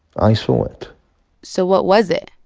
i saw it so what was it?